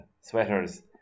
sweaters